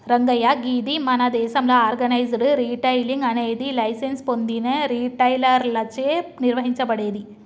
రంగయ్య గీది మన దేసంలో ఆర్గనైజ్డ్ రిటైలింగ్ అనేది లైసెన్స్ పొందిన రిటైలర్లచే నిర్వహించబడేది